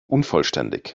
unvollständig